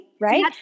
right